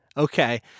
okay